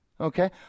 Okay